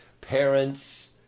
parents